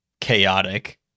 chaotic